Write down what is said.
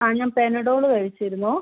ആ ഞാൻ പെനഡോൾ കഴിച്ചിരുന്നു